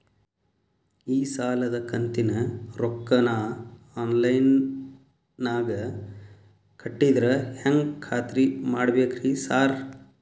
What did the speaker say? ಈ ಸಾಲದ ಕಂತಿನ ರೊಕ್ಕನಾ ಆನ್ಲೈನ್ ನಾಗ ಕಟ್ಟಿದ್ರ ಹೆಂಗ್ ಖಾತ್ರಿ ಮಾಡ್ಬೇಕ್ರಿ ಸಾರ್?